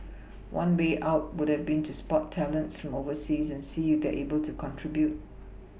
one way out would have been to spot talents from overseas and see if they're able to contribute